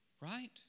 Right